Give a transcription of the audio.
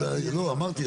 אמרתי,